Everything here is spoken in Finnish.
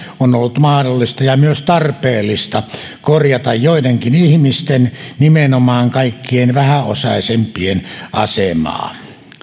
on ollut mahdollista ja myös tarpeellista korjata joidenkin ihmisten nimenomaan kaikkien vähäosaisimpien asemaa